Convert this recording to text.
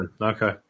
okay